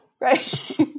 Right